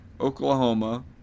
Oklahoma